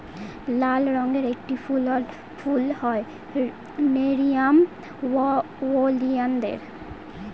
লাল রঙের একটি ফুল হয় নেরিয়াম ওলিয়ানদের